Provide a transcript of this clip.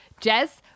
Jez